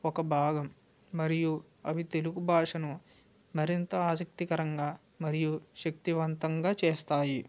ఒక భాగం మరియు అవి తెలుగు భాషను మరింత ఆసక్తికరంగా మరియు శక్తివంతంగా చేస్తాయి